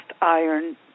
iron